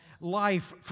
life